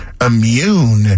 immune